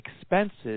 expenses